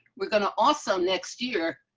we're gonna awesome next year.